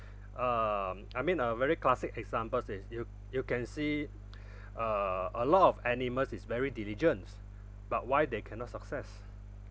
um I mean uh very classic examples is you you can see uh a lot of animals is very diligence but why they cannot success